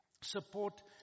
support